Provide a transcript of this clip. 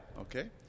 Okay